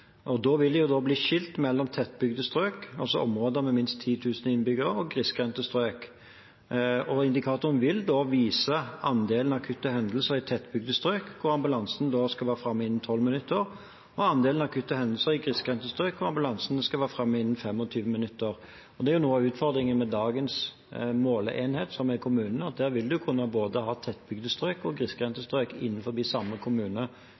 vise andelen akutte hendelser i tettbygde strøk, der ambulansen skal være framme innen 12 minutter, og andelen akutte hendelser i grisgrendte strøk, der ambulansen skal være framme innen 25 minutter. Det er noe av utfordringen med dagens måleenhet, som er kommunene, at en vil kunne ha både tettbygde strøk og grisgrendte strøk innenfor samme kommune,